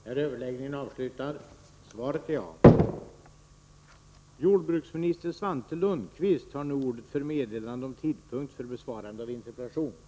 Herr talman! Jag ber att få anmäla att den interpellation som har framställts av Paul Lestander och som gäller fiskevården i reglerade sjöar kommer att besvaras den 16 mars.